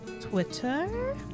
Twitter